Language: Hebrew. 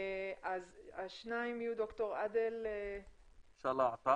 אז השניים יהיו ד"ר עאדל שלאעטה